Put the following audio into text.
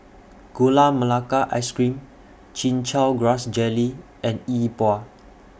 Gula Melaka Ice Cream Chin Chow Grass Jelly and Yi Bua